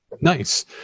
Nice